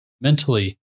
mentally